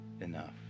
enough